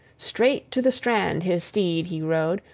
straight to the strand his steed he rode,